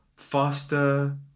faster